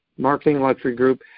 marketingluxurygroup